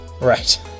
Right